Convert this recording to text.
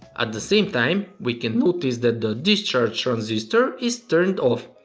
at the same time we can notice that the discharge transistor is turned off.